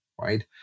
right